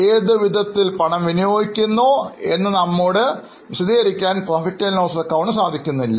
ഏതുവിധത്തിൽ പണം വിനിയോഗിക്കുന്നു എന്ന് അത് നമ്മളോട് പറഞ്ഞില്ല